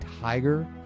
Tiger